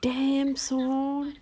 damn son